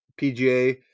PGA